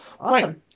Awesome